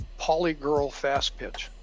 polygirlfastpitch